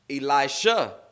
Elisha